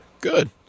Good